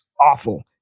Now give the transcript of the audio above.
awful